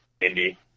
Indy